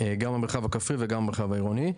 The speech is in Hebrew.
גם במרחב הכפרי וגם במרחב העירוני.